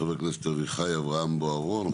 חבר הכנסת אביחי אברהם בוארון,